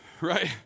right